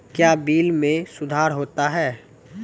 क्या बिल मे सुधार होता हैं?